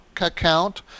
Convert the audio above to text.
account